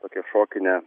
tokią šokinę